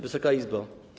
Wysoka Izbo!